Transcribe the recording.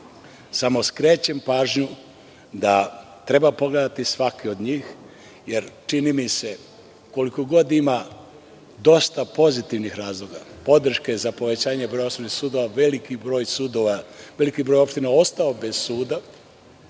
Samo skrećem pažnju da treba pogledati svaki od njih, jer čini mi se da, koliko god da ima dosta pozitivnih razloga, podrške za povećanje broja osnovnih sudova, veliki broj opština je ostao bez suda.